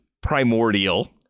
primordial